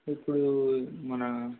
ఇప్పుడు మన